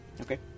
Okay